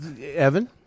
Evan